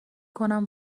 کنم